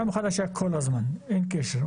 ישן מול חדש היה כל הזמן, אין קשר.